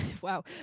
wow